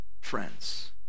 friends